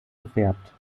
gefärbt